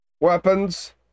weapons